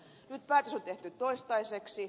nyt päätös on tehty toistaiseksi